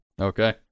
Okay